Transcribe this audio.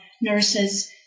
nurses